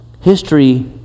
History